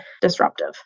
disruptive